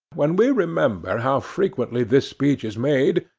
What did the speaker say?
when we remember how frequently this speech is made,